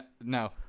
no